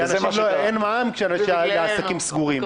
אין מע"מ כשהעסקים סגורים.